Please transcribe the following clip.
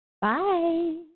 Bye